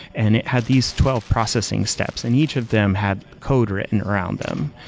and it had these twelve processing steps. and each of them had code written around them.